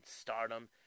stardom